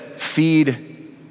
feed